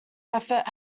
effort